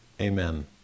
Amen